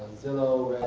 zillow,